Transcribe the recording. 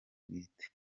bwite